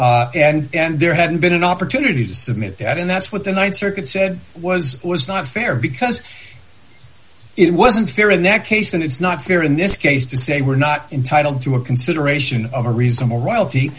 previously and there had been an opportunity to submit that and that's what the th circuit said was was not fair because it wasn't fair in that case and it's not fair in this case to say we're not entitled to a consideration a reasonable royalty